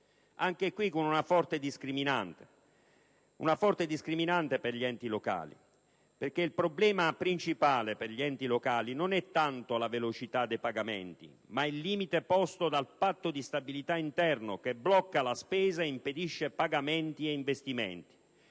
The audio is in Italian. anche qui con una forte discriminante per gli enti locali. Il problema principale degli enti locali non è tanto la velocità dei pagamenti, ma il limite posto dal patto di stabilità interno che blocca la spesa e impedisce pagamenti e investimenti.